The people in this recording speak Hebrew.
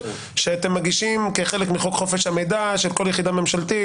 שאתם מגישים כחלק מחוק חופש המידע של כל יחידה ממשלתית.